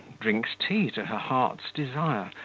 drinks tea to her heart's desire,